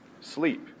sleep